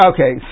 Okay